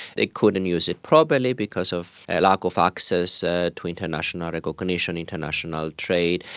they couldn't use it properly because of a lack of access ah to international recognition, international trade.